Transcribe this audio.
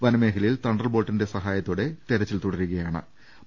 വനമേഖല യിൽ തണ്ടർ ബോൾട്ടിന്റെ സഹായത്തോടെ തിരച്ചിൽ തുടരുകയാ ണ്